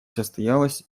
состоялась